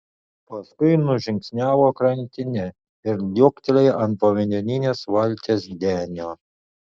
paskui nužingsniavo krantine ir liuoktelėjo ant povandeninės valties denio